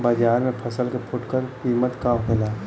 बाजार में फसल के फुटकर कीमत का होखेला?